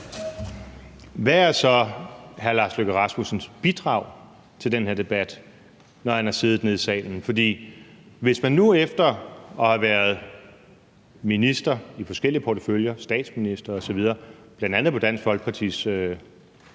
Hvad er så hr. Lars Løkke Rasmussens bidrag til den her debat, når han har siddet hernede i salen? For hvis man nu efter at have været minister med forskellige porteføljer, statsminister osv., bl.a. på Dansk Folkepartis